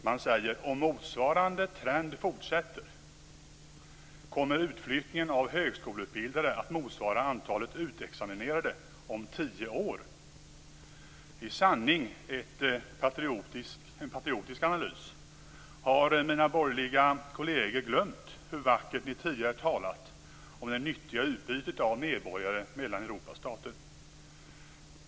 Man säger: Om nuvarande trend fortsätter kommer utflyttningen av högskoleutbildade att motsvara antalet utexaminerade om tio år. Det är i sanning en patriotisk analys. Har mina borgerliga kolleger glömt hur vackert ni tidigare talat om det nyttiga utbytet av medborgare mellan Europas stater?